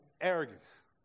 arrogance